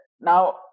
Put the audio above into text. Now